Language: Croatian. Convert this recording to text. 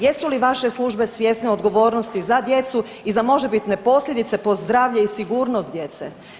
Jesu li vaše službe svjesne odgovornosti za djecu i za možebitne posljedica po zdravlje i sigurnost djece?